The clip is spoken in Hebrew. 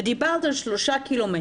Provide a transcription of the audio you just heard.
ודיברת על 3 קמ'.